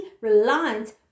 reliant